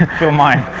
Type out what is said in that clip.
fill mine.